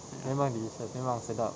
memang delicious memang sedap